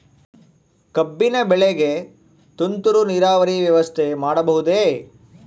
ಕಬ್ಬಿನ ಬೆಳೆಗೆ ತುಂತುರು ನೇರಾವರಿ ವ್ಯವಸ್ಥೆ ಮಾಡಬಹುದೇ?